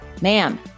Ma'am